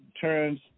turns